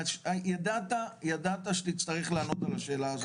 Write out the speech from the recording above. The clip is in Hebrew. ידעת שתצטרך לענות על השאלה הזאת.